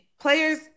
Players